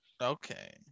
Okay